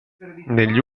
negli